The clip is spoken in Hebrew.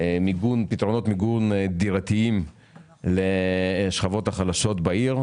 פתרונות מיגון דירתיים לשכבות החלשות בעיר,